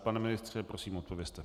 Pane ministře, prosím, odpovězte.